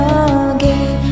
again